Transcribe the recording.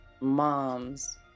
moms